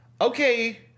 okay